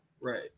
Right